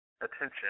attention